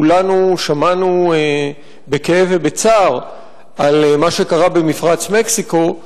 כולנו שמענו בכאב ובצער על מה שקרה במפרץ מקסיקו.